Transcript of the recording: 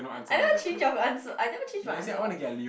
I never change of answer I never change my answer [what]